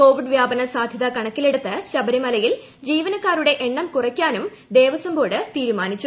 Covid വ്യാപന സാധ്യത കണക്കിലെടുത്ത് ശബരിമലയിൽ ജീവനക്കാരുടെ എണ്ണം കുറയ്ക്കാനും ദേവസ്വം ബോർഡ് തീരുമാനിച്ചു